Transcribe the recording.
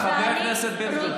תודה, חבר הכנסת בן גביר.